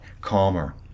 calmer